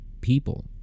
people